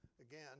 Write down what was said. again